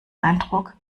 eindruck